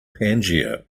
pangaea